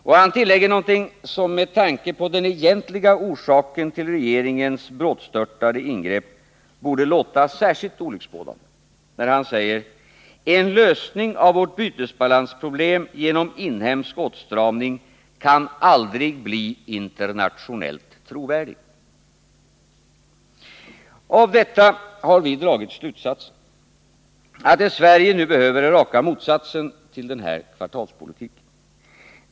Och han tillägger något som med tanke på den egentliga orsaken till regeringens brådstörtade ingrepp borde låta särskilt olycksbådande: ”En lösning av vårt bytesbalansproblem genom inhemsk åtstramning kan aldrig bli internationellt trovärdig”. Av det här har vi dragit slutsatsen att det Sverige nu behöver är raka motsatsen till den Fälldin-Bohmanska kvartalspolitiken.